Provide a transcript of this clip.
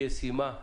ישימה,